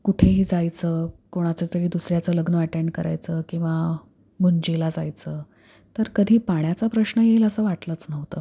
कुठेही जायचं कोणाचं तरी दुसऱ्याचं लग्न अॅटेंड करायचं किंवा मुंजीला जायचं तर कधी पाण्याचा प्रश्न येईल असं वाटलंच नव्हतं